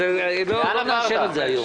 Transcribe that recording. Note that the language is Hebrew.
והיא להטיל עלינו,